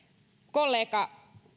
kollega